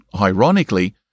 ironically